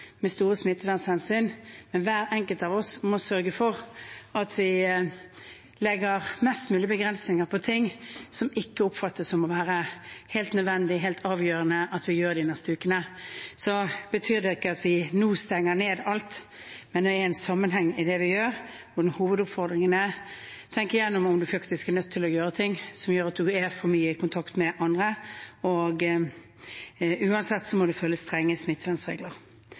med store smittevernhensyn, men hver enkelt av oss må sørge for at vi legger mest mulig begrensninger på det som ikke oppfattes å være helt nødvendig og helt avgjørende at vi gjør de neste ukene. Det betyr ikke at vi nå stenger ned alt, men det er en sammenheng i det vi gjør, og hovedoppfordringen er: Tenk gjennom om du faktisk er nødt til å gjøre ting som gjør at du er for mye i kontakt med andre. Uansett må du følge strenge